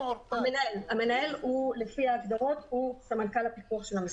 המנהל לפי ההגדרות הוא סמנכ"ל הפיקוח של המשרד.